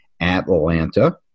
Atlanta